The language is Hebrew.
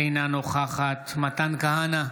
אינה נוכחת מתן כהנא,